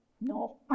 No